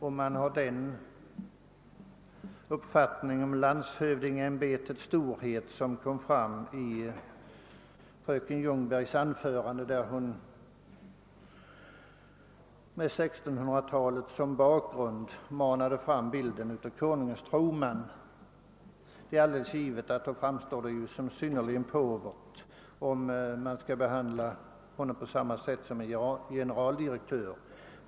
Om man har den uppfattning om landshövdingeämbetets storlek som skymtade i fröken Ljungbergs anförande, när hon med 1600-talet som bakgrund manade fram bilden av Konungens troman, framstår det naturligtvis som synnerligen påvert om en landshövding förvandlas till generaldirektör.